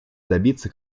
добиться